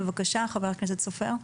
בבקשה, ח"כ סופר.